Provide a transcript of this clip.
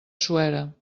suera